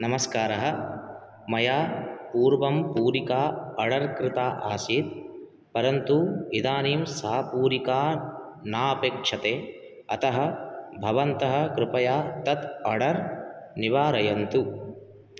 नमस्कारः मया पूर्वं पूरिका आर्डर् कृता आसीत् परन्तु इदानीं सा पूरिका नापेक्षते अतः भवन्तः कृपया तत् आर्डर् निवारयन्तु